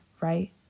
right